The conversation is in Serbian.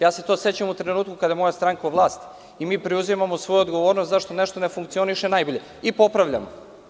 Ja se toga sećam u trenutku kada je moja stranka na vlast i mi preuzimamo svoju odgovornost zašto nešto ne funkcioniše najbolje i popravljamo.